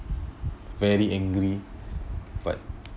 very angry but